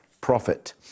profit